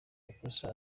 amakosa